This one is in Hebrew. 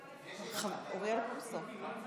אוריאל בוסו.